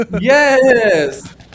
Yes